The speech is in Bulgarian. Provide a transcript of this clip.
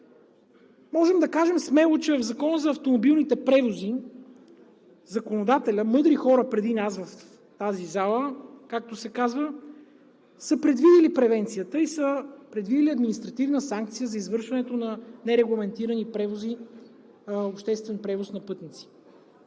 Можем да кажем смело, че в Закона за автомобилните превози законодателят – мъдри хора преди нас в тази зала, както се казва, са предвидили превенцията и са предвидили административна санкция за извършването на нерегламентиран обществен превоз на пътници.